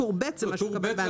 טור ב' זה מה שהוא יקבל בהנחה.